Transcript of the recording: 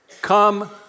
Come